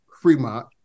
Fremont